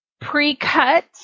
pre-cut